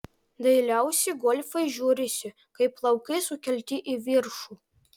dailiausiai golfai žiūrisi kai plaukai sukelti į viršų